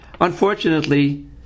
unfortunately